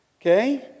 okay